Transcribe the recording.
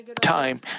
time